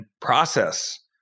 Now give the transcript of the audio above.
process